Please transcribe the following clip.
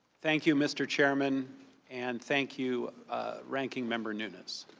thank you mr. chairman and thank you ranking member nunes.